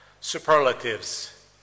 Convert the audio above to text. superlatives